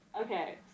Okay